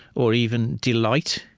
or even delight.